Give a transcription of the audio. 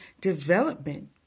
development